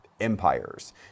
empires